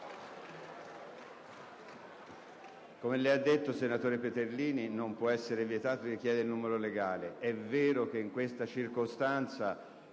Come lei ha detto, senatore Peterlini, non può essere vietato di chiedere la verifica del numero legale. È vero che in questa circostanza,